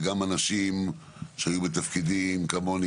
זה גם אנשים שהיו בתפקידים כמוני,